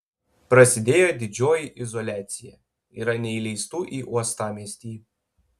prasidėjo didžioji izoliacija yra neįleistų į uostamiestį